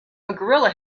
gorilla